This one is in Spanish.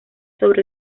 sobre